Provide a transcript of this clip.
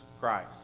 Christ